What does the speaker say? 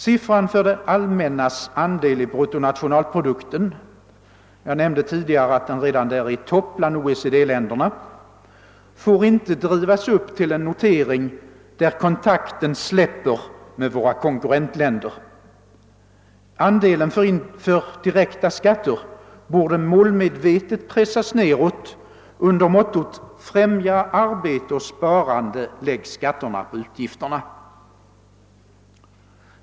Siffran för det allmännas andel i bruttonationalprodukten — jag aämnde tidigare att den redan är i topp bland OECD-länderna — får inte drivas upp till en notering, där kontakten släpper med våra konkurrentländer. Andelen för direkta skatter borde målmedvetet pressas neråt under mottot: främja arbete och sparande, lägg skatterna på utgifterna!